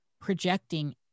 projecting